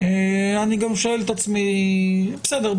אני גם שואל את עצמי בסדר,